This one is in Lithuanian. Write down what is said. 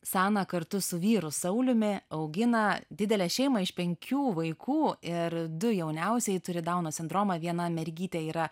sana kartu su vyru sauliumi augina didelę šeimą iš penkių vaikų ir du jauniausieji turi dauno sindromą viena mergytė yra